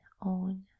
own